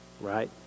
right